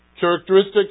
characteristic